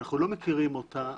אנחנו לא מכירים אותה,